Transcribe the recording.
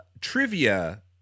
trivia